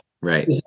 right